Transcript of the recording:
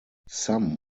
some